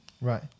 Right